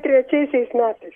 trečiaisiais metais